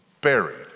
buried